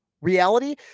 reality